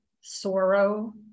sorrow